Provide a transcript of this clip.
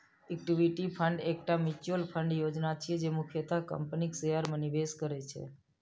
equity fund एकटा mutual fund योजना छियै, जे मुख्यतः कंपनीक शेयर मे निवेश करै छै